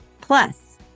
Plus